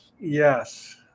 Yes